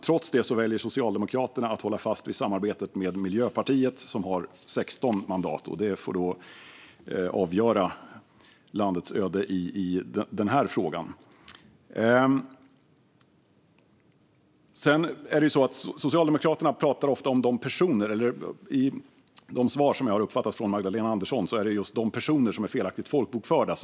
Trots detta väljer Socialdemokraterna att hålla fast vid samarbetet med Miljöpartiet, som har 16 mandat, och det får då avgöra landets öde i denna fråga. Enligt Magdalena Anderssons svar verkar regeringen fokusera på de personer som är felaktigt folkbokförda.